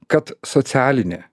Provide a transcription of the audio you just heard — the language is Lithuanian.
kad socialinė